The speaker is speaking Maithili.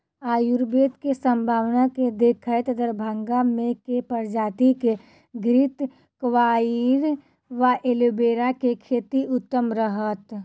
आयुर्वेद केँ सम्भावना केँ देखैत दरभंगा मे केँ प्रजाति केँ घृतक्वाइर वा एलोवेरा केँ खेती उत्तम रहत?